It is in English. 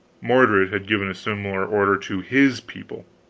mordred had given a similar order to his people.